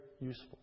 useful